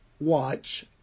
watch